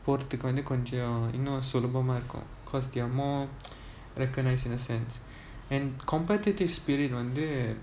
போறதுக்குவந்துகொஞ்சம்இன்னும்சுலபமாஇருக்கும்:porathuku vanthu konjam innum sulabama irukum because they're more recognized in a sense and competitive spirit வந்து:vanthu